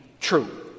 true